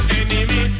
enemy